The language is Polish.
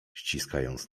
ściskając